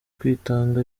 kwitanga